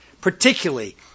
particularly